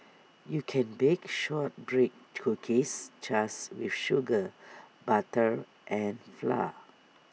you can bake Shortbread Cookies just with sugar butter and flour